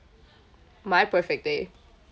my perfect day